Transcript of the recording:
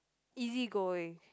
easy going